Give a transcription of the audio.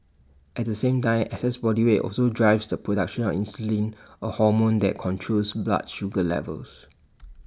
at the same time excess body weight also drives the production of insulin A hormone that controls blood sugar levels